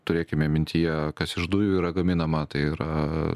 turėkime mintyje kas iš dujų yra gaminama tai yra